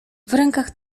rękach